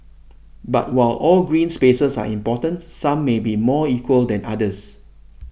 but while all green spaces are important some may be more equal than others